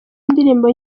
indirimbo